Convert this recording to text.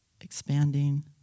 expanding